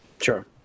Sure